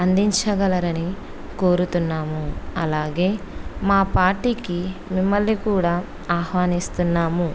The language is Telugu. అందించగలరని కోరుతున్నాము అలాగే మా పార్టీకి మిమ్మల్ని కూడా ఆహ్వానిస్తున్నాము